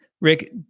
Rick